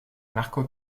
marco